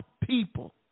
people